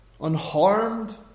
unharmed